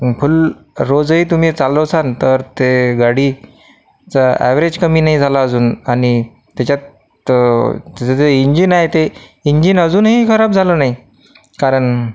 फुल रोजही तुम्ही चालवसान तर ते गाडीचा एव्हरेज कमी नाही झाला अजून आणि त्याच्यात त्याचं जे इंजिन आहे ते इंजिन अजूनही खराब झालं नाही कारण